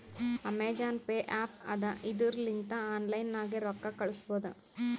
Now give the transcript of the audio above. Amazon pay app ಅದಾ ಇದುರ್ ಲಿಂತ ಆನ್ಲೈನ್ ನಾಗೆ ರೊಕ್ಕಾ ಕಳುಸ್ಬೋದ